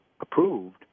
approved